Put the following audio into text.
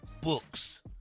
Books